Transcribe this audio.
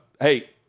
Hey